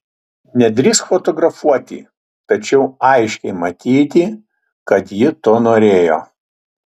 nedrįsk fotografuoti tačiau aiškiai matyti kad ji to norėjo